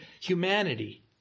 humanity